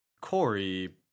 Corey